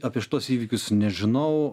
apie šituos įvykius nežinau